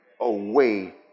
away